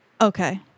okay